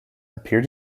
appear